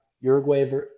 Uruguay